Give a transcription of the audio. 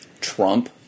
Trump